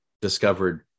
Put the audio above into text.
discovered